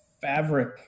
Fabric